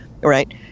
right